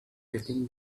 taking